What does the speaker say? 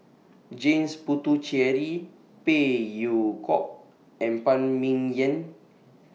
James Puthucheary Phey Yew Kok and Phan Ming Yen